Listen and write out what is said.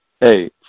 hey